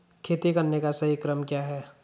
खेती करने का सही क्रम क्या है?